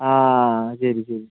ആ ശരി ശരി